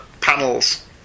panels